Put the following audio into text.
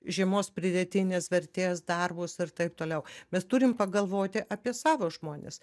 žemos pridėtinės vertės darbus ir taip toliau mes turim pagalvoti apie savo žmones